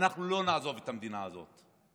אנחנו לא נעזוב את המדינה הזאת,